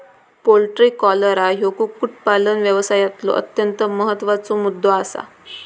poultry cholera ह्यो कुक्कुटपालन व्यवसायातलो अत्यंत महत्त्वाचा मुद्दो आसा